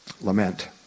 Lament